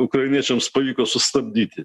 ukrainiečiams pavyko sustabdyti